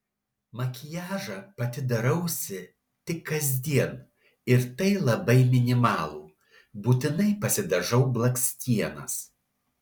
makiažą pati darausi tik kasdien ir tai labai minimalų būtinai pasidažau blakstienas